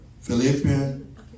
Philippians